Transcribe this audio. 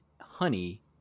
honey